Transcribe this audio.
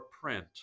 print